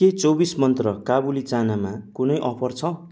के चौबिस मन्त्रा काबुली चानामा कुनै अफर छ